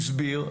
הסביר.